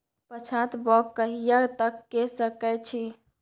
पछात बौग कहिया तक के सकै छी?